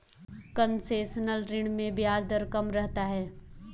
concessional ऋण में ब्याज दर कम रहता है